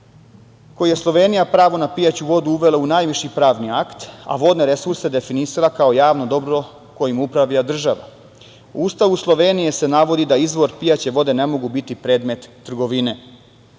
koji je Slovenija pravo n pijaću vodu uvela u najviši pravni akt, a vodne resurse definisala kao javno dobro kojim upravlja država. U Ustavu Slovenije se navodi da izvori pijaće vode ne mogu biti predmet trgovine. Podsećam